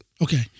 Okay